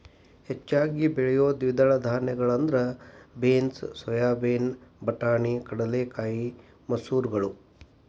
ಹೆಚ್ಚಾಗಿ ಬೆಳಿಯೋ ದ್ವಿದಳ ಧಾನ್ಯಗಳಂದ್ರ ಬೇನ್ಸ್, ಸೋಯಾಬೇನ್, ಬಟಾಣಿ, ಕಡಲೆಕಾಯಿ, ಮಸೂರಗಳು